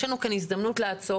יש לנו כאן הזדמנות לעצור,